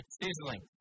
sizzling